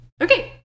Okay